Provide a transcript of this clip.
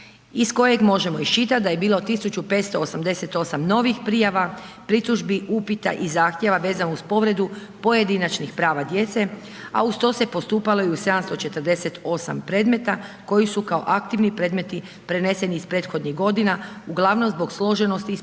iz kojeg možemo isčitat da je bilo 1588 novih prijava, pritužbi, upita i zahtjeva vezano uz povredu pojedinačnih prava djece, a uz to se postupalo i u 748 predmeta koji su kao aktivni predmeti preneseni iz prethodnih godina, uglavnom zbog složenosti i